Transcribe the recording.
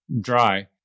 dry